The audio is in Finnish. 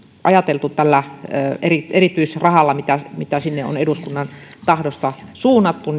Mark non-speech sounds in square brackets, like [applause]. ajateltu miten käytetään tätä erityisrahaa mitä mitä sinne on eduskunnan tahdosta suunnattu [unintelligible]